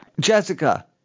Jessica